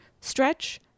Stretch